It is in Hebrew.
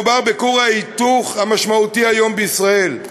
מדובר בכור ההיתוך המשמעותי היום בישראל,